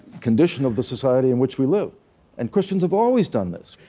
condition of the society in which we live and christians have always done this.